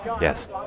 Yes